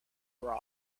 were